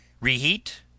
Reheat